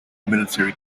military